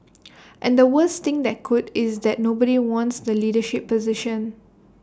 and the worst thing that could is that nobody wants the leadership position